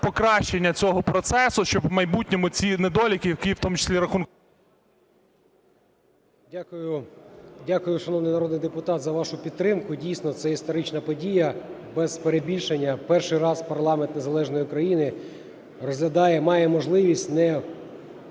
покращення цього процесу, щоби в майбутньому ці недоліки, які є в тому числі... 10:50:07 МАРЧЕНКО С.М. Дякую. Дякую, шановний народний депутат, за вашу підтримку. Дійсно, це історична подія, без перебільшення, перший раз парламент незалежної країни розглядає, має можливість не